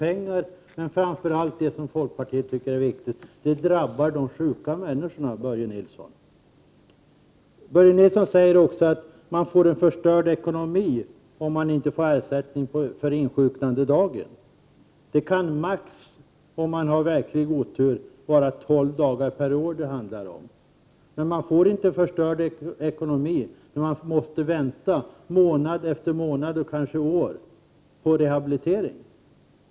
Man måste göra någonting åt det, framför allt därför att det, vilket folkpartiet tycker är viktigt, drabbar de sjuka människorna, Börje Nilsson. Börje Nilsson säger också att man får en förstörd ekonomi om man inte får ersättning för insjuknandedagen. Om man har verklig otur kan det handla om maximalt tolv dagar per år. Men man får inte en förstörd ekonomi när man måste vänta månad efter månad, kanske år, på rehabilitering?